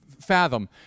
fathom